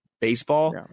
baseball